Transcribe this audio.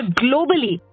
globally